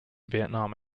vietnam